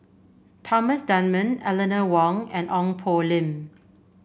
Thomas Dunman Eleanor Wong and Ong Poh Lim